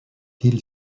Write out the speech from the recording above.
peel